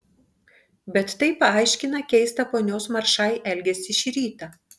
bet tai paaiškina keistą ponios maršai elgesį šį rytą